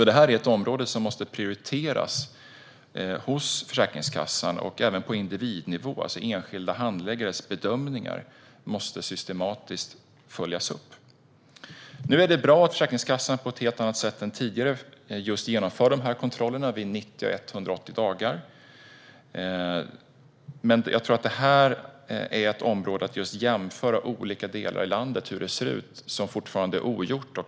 Detta är ett område som måste prioriteras hos Försäkringskassan, även på individnivå, det vill säga att enskilda handläggares bedömningar måste följas upp systematiskt. Det är bra att Försäkringskassan nu på ett helt annat sätt än tidigare genomför kontroller vid 90 och 180 dagar. Men att jämföra hur det ser ut i olika delar i landet är fortfarande ett område där mycket är ogjort.